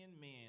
men